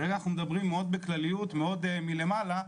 אם אנחנו מדברים מאוד בכלליות ומאוד מלמעלה,